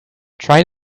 tried